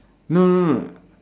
no no no